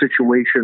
situation